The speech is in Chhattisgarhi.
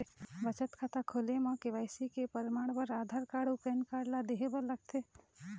बचत खाता खोले म के.वाइ.सी के परमाण बर आधार कार्ड अउ पैन कार्ड ला देहे बर लागथे